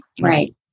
right